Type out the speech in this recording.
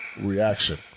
reaction